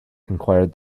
enquired